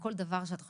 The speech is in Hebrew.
כל דבר שאת חושבת,